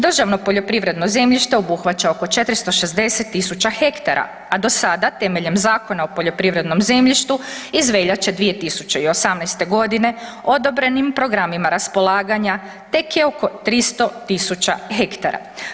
Državno poljoprivredno zemljište obuhvaća oko 460.000 hektara, a do sada temeljem Zakona o poljoprivrednom zemljištu iz veljače 2018. godine odobrenim programima raspolaganja tek je oko 300.000 hektara.